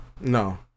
No